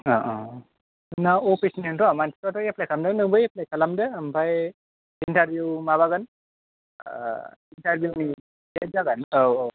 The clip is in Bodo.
जोंना अफिसनिथ' मानसिफ्राथ' एप्लाइ खालामदों नोंबो एप्लाइ खालामदो ओमफ्राय इन्टारभिउ माबागोन इन्टारभिउनि देट जागोन औ औ